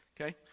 Okay